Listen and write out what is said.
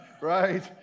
right